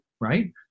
right